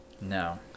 No